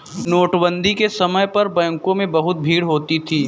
नोटबंदी के समय पर बैंकों में बहुत भीड़ होती थी